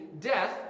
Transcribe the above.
death